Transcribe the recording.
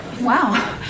Wow